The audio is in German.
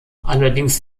allerdings